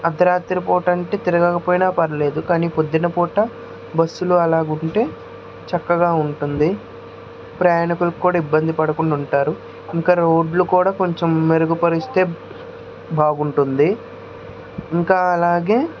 అర్ధరాత్రి పూట అంటే తిరగకపోయిన పర్వాలేదు కానీ పొద్దున పూట బస్సులు అలాగా ఉంటే చక్కగా ఉంటుంది ప్రయాణికులకు కూడా ఇబ్బంది పడకుండా ఉంటారు ఇంకా రోడ్లు కూడా కొంచెం మెరుగుపరిస్తే బాగుంటుంది ఇంకా అలాగే